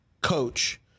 coach